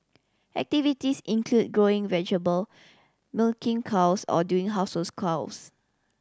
activities include growing vegetable milking cows or doing household clause